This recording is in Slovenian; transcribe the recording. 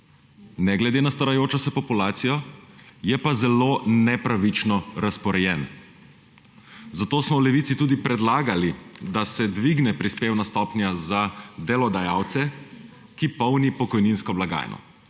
ne glede na starajočo se populacijo, je pa zelo nepravično razporejen. Zato smo v Levici tudi predlagali, da se dvigne prispevna stopnja za delodajalce, ki polni pokojninsko blagajno.